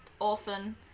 orphan